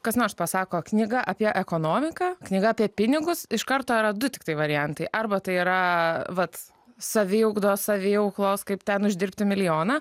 kas nors pasako knyga apie ekonomiką knyga apie pinigus iš karto yra du tiktai variantai arba tai yra vat saviugdos saviauklos kaip ten uždirbti milijoną